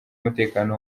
umutekano